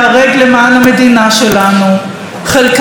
חלקם שילמו מחירים קשים וכבדים.